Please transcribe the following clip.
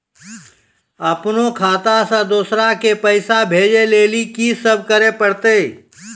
अपनो खाता से दूसरा के पैसा भेजै लेली की सब करे परतै?